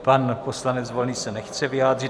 Pan poslanec Volný se nechce vyjádřit.